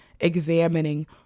examining